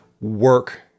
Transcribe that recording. work